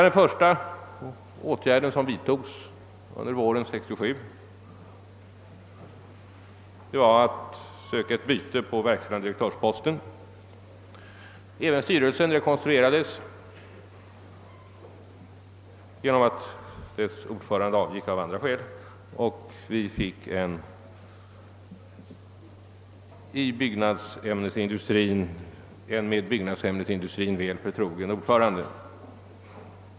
Den första åtgärden som vidtogs under våren 1967 var därför att söka åstadkomma ett byte på posten som verkställande direktör. Även styrelsen rekonstruerades genom att dess ordförande avgick av andra skäl, och vi fick en med byggnadsämnesindustrin väl förtrogen ordförande.